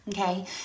okay